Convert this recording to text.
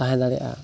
ᱛᱟᱦᱮᱸ ᱫᱟᱲᱮᱼᱟ